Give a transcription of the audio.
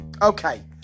Okay